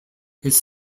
his